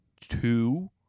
two